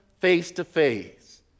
face-to-face